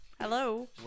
Hello